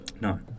No